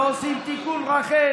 ועושים תיקון רחל